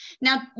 now